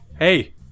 Hey